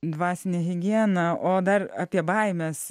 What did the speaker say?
dvasinė higiena o dar apie baimes